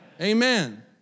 Amen